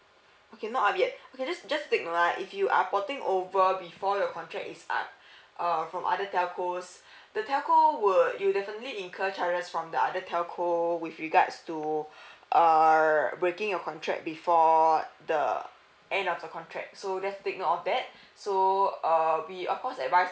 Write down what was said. okay not up yet okay just just to take note ah if you are porting over before your contract is up err from other telco's the telco would will definitely incur charges from the other telco with regards to err breaking your contract before the end of the contract so just to take note of that so uh we of course advise